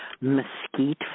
mesquite